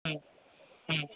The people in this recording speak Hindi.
हूं हूं